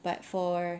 but for